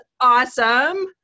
awesome